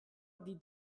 die